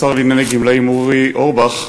השר לענייני גמלאים אורי אורבך,